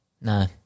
No